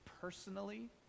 personally